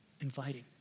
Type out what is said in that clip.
inviting